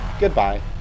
Goodbye